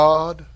God